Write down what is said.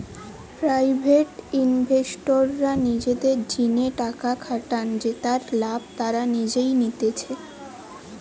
private ইনভেস্টররা নিজেদের জিনে টাকা খাটান জেতার লাভ তারা নিজেই নিতেছে